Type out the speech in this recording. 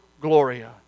gloria